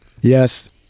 Yes